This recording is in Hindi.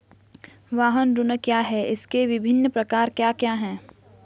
वाहन ऋण क्या है इसके विभिन्न प्रकार क्या क्या हैं?